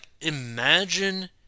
imagine